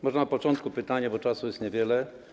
Może na początku pytanie, bo czasu jest niewiele.